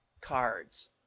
cards